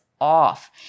off